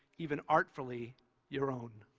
even artfully your own.